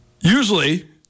Usually